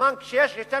בזמן שכשיש שני